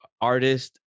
artist